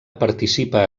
participa